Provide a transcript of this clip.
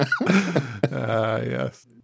Yes